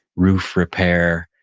roof repair,